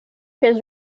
his